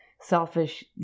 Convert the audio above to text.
selfish